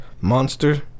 monster